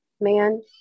man